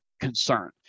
concern